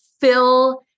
fill